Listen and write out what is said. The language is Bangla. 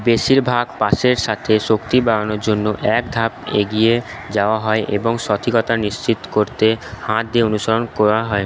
বেশিরভাগ পাসের সাথে শক্তি বাড়ানোর জন্য এক ধাপ এগিয়ে যাওয়া হয় এবং সঠিকতা নিশ্চিত করতে হাত দিয়ে অনুসরণ করা হয়